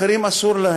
לאחרים אסור,